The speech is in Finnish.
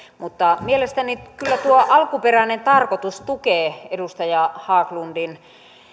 mielestäni kyllä tuo alkuperäinen tarkoitus tukee edustaja haglundin